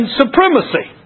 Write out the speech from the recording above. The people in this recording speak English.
supremacy